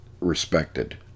respected